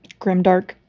Grimdark